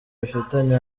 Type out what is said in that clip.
bafitanye